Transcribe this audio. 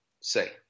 say